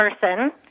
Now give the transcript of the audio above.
person